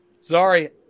Sorry